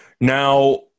Now